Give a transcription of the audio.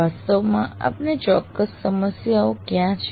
વાસ્તવમાં આપને ચોક્કસ સમસ્યાઓ ક્યાં છે